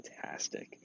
fantastic